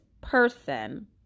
person